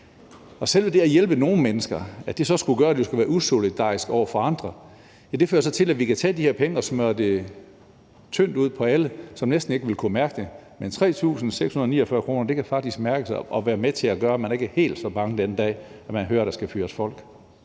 selve det at hjælpe nogle mennesker skulle gøre, at det var usolidarisk over for andre. Det ville jo så føre til, at vi kunne tage de her penge og smøre det tyndt ud på alle, som næsten ikke ville kunne mærke det, men 3.649 kr. kan faktisk mærkes og være med til at gøre, at man ikke er helt så bange den dag, man hører, der skal fyres folk.